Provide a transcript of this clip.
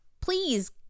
please